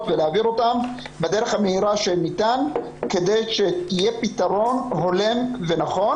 ולהעביר אותן בדרך המהירה שניתן כדי שיהיה פתרון הולם ונכון.